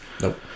Nope